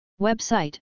Website